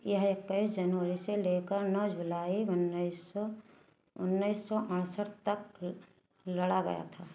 यह इक्कीस जनवरी से लेकर नौ जुलाई उन्नीस सौ उन्नीस सौ अड़सठ तक लड़ा गया था